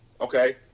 okay